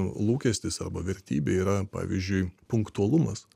lūkestis arba vertybė yra pavyzdžiui punktualumas